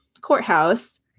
courthouse